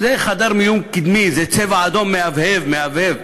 זה חדר מיון קדמי, זה "צבע אדום" מהבהב, מהבהב.